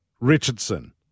Richardson